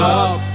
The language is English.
up